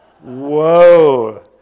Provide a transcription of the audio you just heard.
whoa